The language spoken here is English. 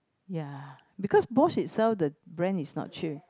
ya because Bosch itself the brand is not cheap